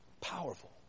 Powerful